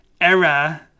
era